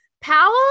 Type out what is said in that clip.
Powell